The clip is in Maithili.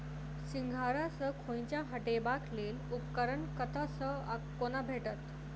सिंघाड़ा सऽ खोइंचा हटेबाक लेल उपकरण कतह सऽ आ कोना भेटत?